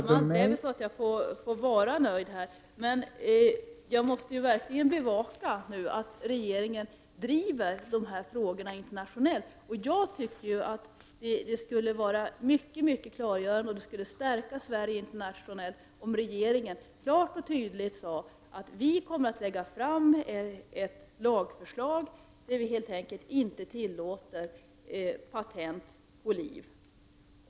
Fru talman! Jag får väl vara nöjd här. Men jag måste verkligen bevaka att regeringen driver dessa frågor internationellt. Det skulle vara mycket klargörande och stärka Sverige internationellt om regeringen klart och tydligt sade att man kommer att lägga fram ett lagförslag där man helt enkelt inte tillåter patent på liv.